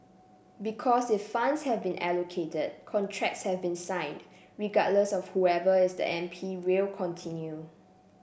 because if funds have been allocated contracts have been signed regardless of whoever is the M P will continue